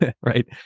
right